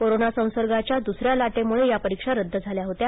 corona संसर्गाच्या द्सऱ्या लाटेमुळे या परीक्षा रद्द झाल्या होत्या